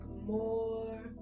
more